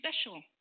special